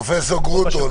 פרופ' גרוטו,